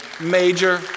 major